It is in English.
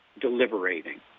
deliberating